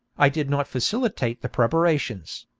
i did not facilitate the preparations,